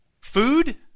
Food